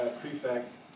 prefect